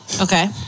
Okay